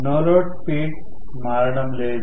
no load speed మారడం లేదు